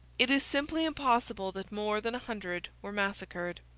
it is simply impossible that more than a hundred were massacred.